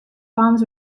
farms